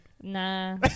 Nah